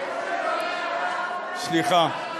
סליחה.